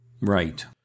Right